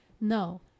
No